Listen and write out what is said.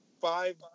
five